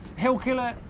hillkillr,